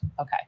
Okay